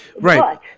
Right